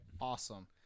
awesome